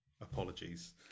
apologies